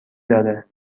داره